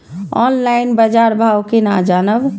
Online बाजार भाव केना जानब?